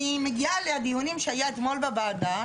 אני מגיעה לדיונים שהיה אתמול בוועדה,